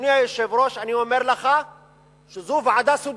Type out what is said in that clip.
אדוני היושב-ראש, אני אומר לך שזו ועדה סודית,